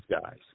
guys